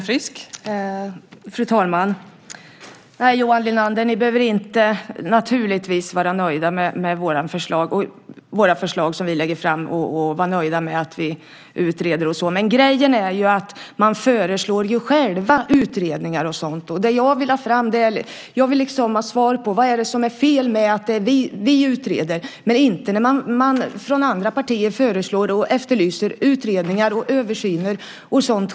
Fru talman! Nej, Johan Linander, ni behöver naturligtvis inte vara nöjda med de förslag som vi lägger fram och med att vi utreder och så vidare. Men grejen är att ni själva föreslår utredningar och sådant. Det jag vill ha fram är svar på frågan: Vad är det som är fel med att vi utreder, men det är inte fel när andra partier föreslår och efterlyser utredningar och översyner?